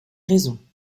raison